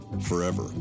forever